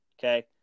Okay